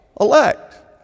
elect